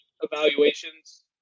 evaluations